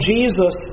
Jesus